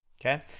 okay?